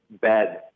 bad